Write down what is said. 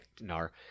Nar